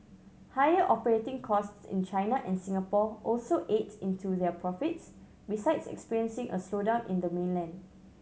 higher operating costs in China and Singapore also ate into their profits besides experiencing a slowdown in the mainland